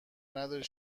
نداری